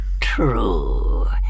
True